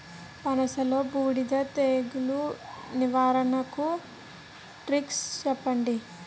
పనస లో బూడిద తెగులు నివారణకు టెక్నిక్స్ చెప్పండి?